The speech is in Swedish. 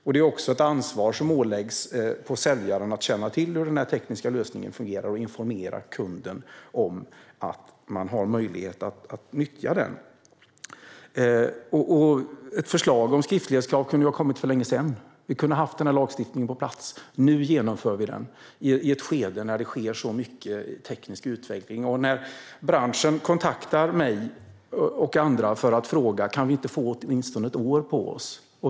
Det läggs också ett ansvar på säljaren att känna till hur den tekniska lösningen fungerar och informera kunden om att man har möjlighet att nyttja den. Ett förslag om skriftlighet kunde ha kommit för länge sedan. Vi kunde ha haft lagen på plats. Nu genomför vi den, i ett skede där det sker så mycket teknisk utveckling. Branschen kontaktar mig och andra för att fråga om de inte kan få åtminstone ett år på sig.